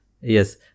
Yes